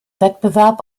wettbewerb